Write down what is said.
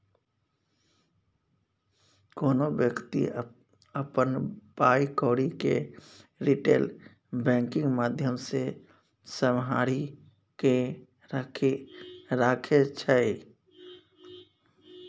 कोनो बेकती अपन पाइ कौरी केँ रिटेल बैंकिंग माध्यमसँ सम्हारि केँ राखै छै